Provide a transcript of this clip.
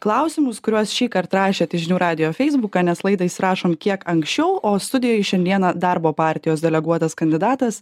klausimus kuriuos šįkart rašėt į žinių radijo feisbuką nes laidą įsirašom kiek anksčiau o studijoj šiandieną darbo partijos deleguotas kandidatas